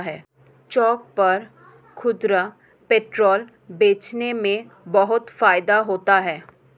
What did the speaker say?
चौक पर खुदरा पेट्रोल बेचने में बहुत फायदा होता है